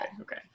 okay